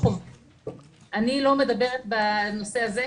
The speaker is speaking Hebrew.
אני לא מדברת על הנושא הזה,